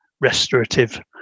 restorative